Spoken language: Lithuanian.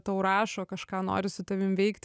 tau rašo kažką nori su tavim veikt